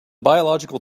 biological